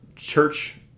Church